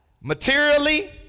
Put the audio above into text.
materially